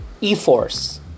E-Force